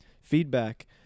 feedback